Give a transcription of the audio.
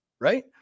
right